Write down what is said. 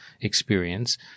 experience